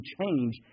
change